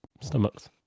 stomachs